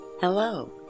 Hello